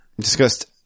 discussed